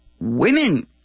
women